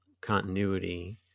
continuity